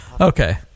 okay